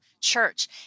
church